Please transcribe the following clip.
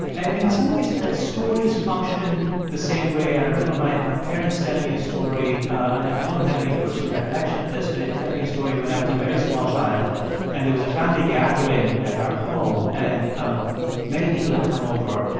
and in some ways, stories function the same way. i remember my my parents telling me a story and i don't have any personal recollection of this but telling me a story when i was a very small child and there was a family gathering at our home and um many people had come over.